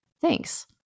Thanks